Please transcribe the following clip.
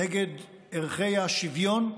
נגד ערכי השוויון,